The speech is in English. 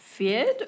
feared